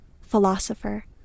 philosopher